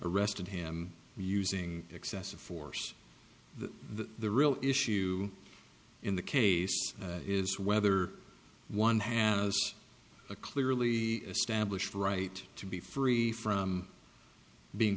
arrested him using excessive force the real issue in the case is whether one has a clearly established right to be free from being